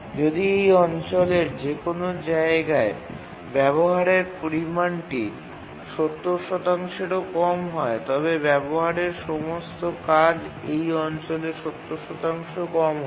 যদি এই অঞ্চলের যে কোনও জায়গায় ব্যবহারের পরিমাণটি ৭০ এরও কম হয় তবে ব্যবহারের সমস্ত কাজ এই অঞ্চলে ৭০ কম হবে